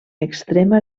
extrema